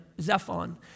Zephon